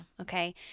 Okay